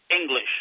English